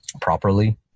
properly